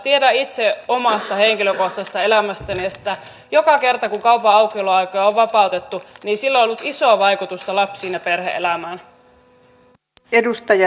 tiedän itse omasta henkilökohtaisesta elämästäni että joka kerta kun kaupan aukioloaikoja on vapautettu sillä on ollut iso vaikutus lapsiin ja perhe elämään